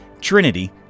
Trinity